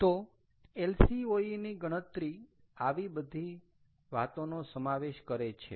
તો LOCE ની ગણતરી આવી ઘણી બધી વાતોનો સમાવેશ કરે છે